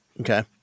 Okay